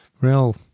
real